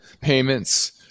payments